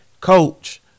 coach